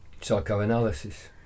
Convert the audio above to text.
psychoanalysis